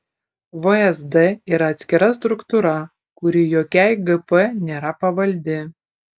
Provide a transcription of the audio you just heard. vsd yra atskira struktūra kuri jokiai gp nėra pavaldi